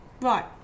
Right